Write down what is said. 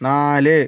നാല്